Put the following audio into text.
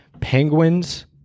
penguins